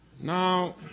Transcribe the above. Now